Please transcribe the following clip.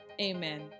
amen